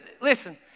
listen